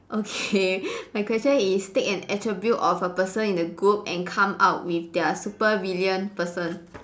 okay my question is take an attribute of a person in the group and come up with their supervillain person